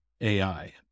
AI